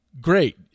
Great